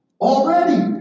already